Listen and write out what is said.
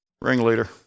ringleader